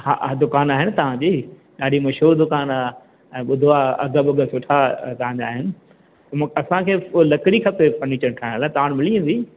हा हा दुकानु आहे न तव्हांजी ॾाढी मशहूरु दुकानु आहे ऐं ॿुधो आहे अघु वघ सुठा तव्हांजा आहिन मु असांखे लकड़ी खपे फर्नीचर ठाहिराइण लाइ तव्हां वटि मिली वेंदी